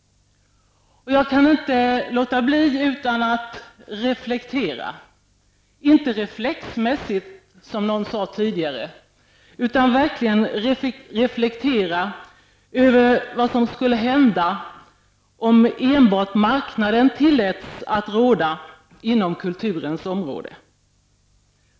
Jag kan inte låta bli att reflektera -- inte reflexmässigt, som någon sade tidigare, utan i verklig mening -- över vad som skulle hända om enbart marknaden tilläts att råda inom kulturens område.